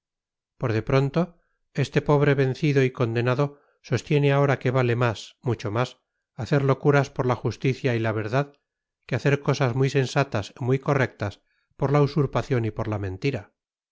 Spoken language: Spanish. por de pronto este pobre vencido y condenado sostiene ahora que vale más mucho más hacer locuras por la justicia y la verdad que hacer cosas muy sensatas y muy correctas por la usurpación y por la mentira